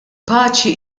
paċi